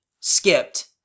skipped